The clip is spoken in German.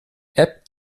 app